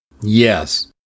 Yes